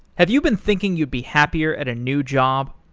have you been thinking you'd be happier at a new job?